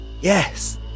Yes